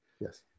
Yes